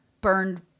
burned